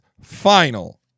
final